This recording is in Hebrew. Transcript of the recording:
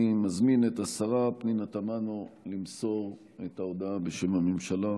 אני מזמין את השרה פנינה תמנו למסור את ההודעה בשם הממשלה,